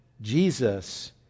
Jesus